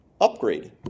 upgrade